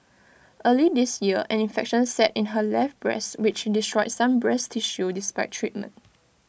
early this year an infection set in her left breast which destroyed some breast tissue despite treatment